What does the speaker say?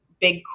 big